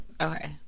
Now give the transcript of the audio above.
Okay